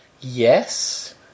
Yes